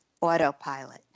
autopilot